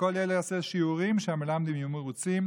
שכל ילד יעשה את השיעורים, שהמלמדים יהיו מרוצים.